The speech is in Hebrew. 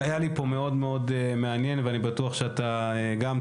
היה לי פה מעניין מאוד-מאוד ואני בטוח שגם אתה